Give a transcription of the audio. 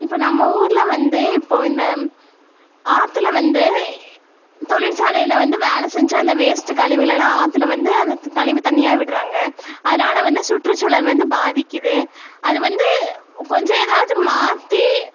இப்போ நம்ம ஊரில் வந்து இப்போது இந்த ஆத்துல வந்து தொழிற்சாலையில் வந்த வேலை செஞ்ச அந்த வேஸ்ட்டு கழிவுகளலாம் ஆற்றுல வந்து அந்த கழிவுத் தண்ணியை விட்டுறாங்க அதனால வந்து சுற்றுச்சூழல் வந்து பாதிக்குது அதுவந்து கொஞ்சம் ஏதாவது மாற்றி